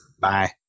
Bye